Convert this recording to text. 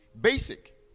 basic